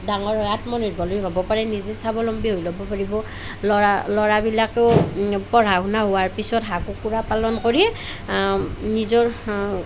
ডাঙৰ হোৱাত আত্মনিৰ্ভৰশীল হ'ব পাৰে নিজে স্বাৱলম্বী হ'ব পাৰিব ল'ৰা ল'ৰাবিলাকেও পঢ়া শুনা হোৱাৰ পাছত হাঁহ কুকুৰা পালন কৰি নিজৰ